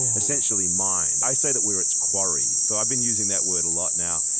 essentially, mined. i say that we're its quarry. so i've been using that word a lot now.